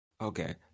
Okay